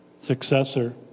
successor